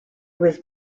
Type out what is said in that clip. was